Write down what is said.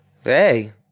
hey